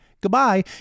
goodbye